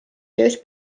töös